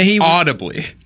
audibly